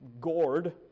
gored